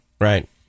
right